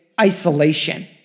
isolation